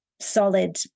solid